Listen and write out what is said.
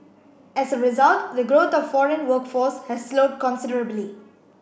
as a result the growth of foreign workforce has slowed considerably